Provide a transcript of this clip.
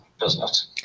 business